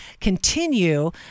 continue